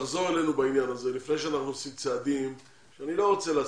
אלינו בעניין הזה לפני שאנחנו עושים צעדים שאני לא רוצה לעשות.